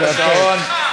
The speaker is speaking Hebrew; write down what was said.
היסטוריה.